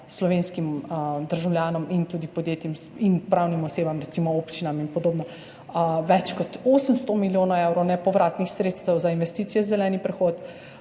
slovenskim državljanom in tudi podjetjem in pravnim osebam, recimo občinam in podobno, več kot 800 milijonov evrov nepovratnih sredstev za investicije v zeleni prehod,